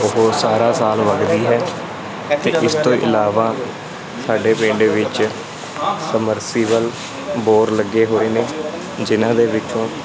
ਉਹ ਸਾਰਾ ਸਾਲ ਵੱਗਦੀ ਹੈ ਅਤੇ ਇਸ ਤੋਂ ਇਲਾਵਾ ਸਾਡੇ ਪਿੰਡ ਵਿੱਚ ਸਮਰਸੀਬਲ ਬੋਰ ਲੱਗੇ ਹੋਏ ਨੇ ਜਿਹਨਾਂ ਦੇ ਵਿੱਚੋਂ